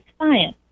science